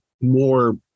more